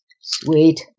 Sweet